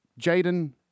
Jaden